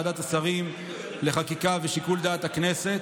ועדת השרים לחקיקה ולשיקול דעת של הכנסת.